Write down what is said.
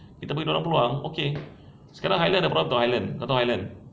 kita beri dia peluang okay sekarang highland kau tahu highland